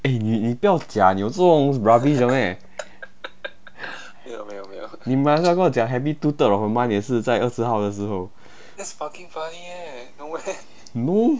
eh 你不要假牛说这种 rubbish 的 meh 你 might as well 跟我讲 happy two third of the month 也是在二十号的时候 no